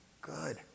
Good